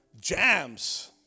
jams